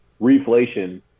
reflation